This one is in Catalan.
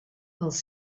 els